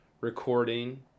recording